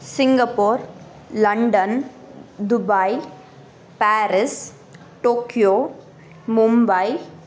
Singapore London Dubai Paris Tokyo Mumbai